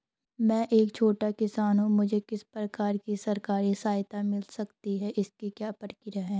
मैं एक छोटा किसान हूँ मुझे किस प्रकार की सरकारी सहायता मिल सकती है और इसकी क्या प्रक्रिया है?